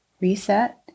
reset